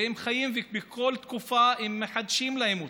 והם חיים, ובכל תקופה מחדשים להם אותו.